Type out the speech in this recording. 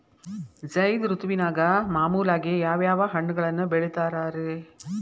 ಝೈದ್ ಋತುವಿನಾಗ ಮಾಮೂಲಾಗಿ ಯಾವ್ಯಾವ ಹಣ್ಣುಗಳನ್ನ ಬೆಳಿತಾರ ರೇ?